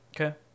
Okay